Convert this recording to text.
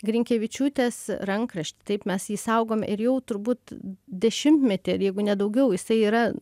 grinkevičiūtės rankraštį taip mes jį saugome ir jau turbūt dešimtmetį ir jeigu ne daugiau jisai yra